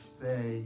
say